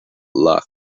luck